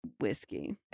whiskey